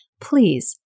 please